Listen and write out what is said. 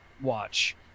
watch